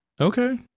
Okay